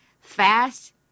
fast